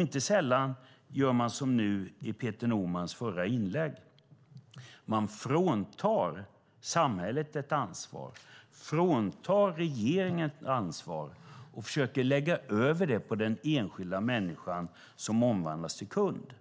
Inte sällan gör man som nu i Peter Normans förra inlägg, man fråntar samhället ett ansvar, fråntar regeringen ett ansvar, och försöker lägga över ansvaret på den enskilda människan som omvandlas till kund.